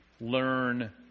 learn